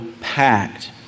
packed